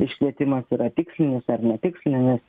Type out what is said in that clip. iškvietimas yra tikslinis arba tikslinis